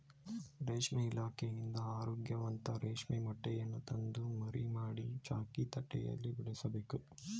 ರೇಷ್ಮೆ ಇಲಾಖೆಯಿಂದ ಆರೋಗ್ಯವಂತ ರೇಷ್ಮೆ ಮೊಟ್ಟೆಗಳನ್ನು ತಂದು ಮರಿ ಮಾಡಿ, ಚಾಕಿ ತಟ್ಟೆಯಲ್ಲಿ ಬೆಳೆಸಬೇಕು